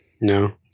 No